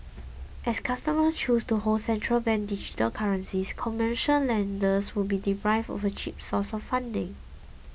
as customers choose to hold central bank digital currencies commercial lenders would be deprived of a cheap source of funding